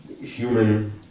human